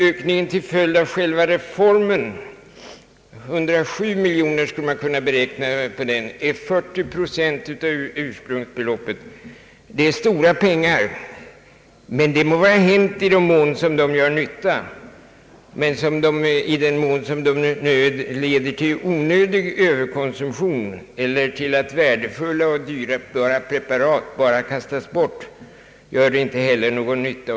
Ökningen till följd av själva reformen — man kan beräkna den till 107 miljoner kronor — är 40 procent av ursprungsbeloppet. Detta är stora pengar, men det må vara hänt i den mån de gör nytta. I den mån de leder till överkonsumtion eller till att värdefulla och dyrbara preparat bara kastas bort gör de dock ingen nytta.